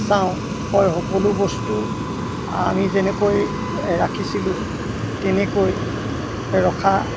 চাওঁ হয় সকলো বস্তু আমি যেনেকৈ ৰাখিছিলোঁ তেনেকৈ ৰখা